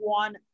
one